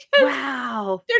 wow